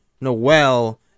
Noel